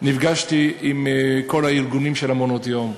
נפגשתי עם כל הארגונים של מעונות-היום: